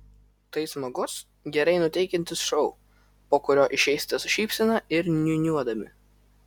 tai smagus gerai nuteikiantis šou po kurio išeisite su šypsena ir niūniuodami